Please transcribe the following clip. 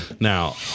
Now